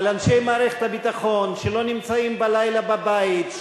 על אנשי מערכת הביטחון שלא נמצאים בלילה בבית,